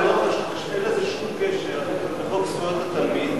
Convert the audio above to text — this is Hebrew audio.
אבל אין לזה שום קשר לחוק זכויות התלמיד.